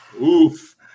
Oof